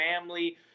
family